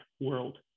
world